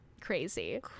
crazy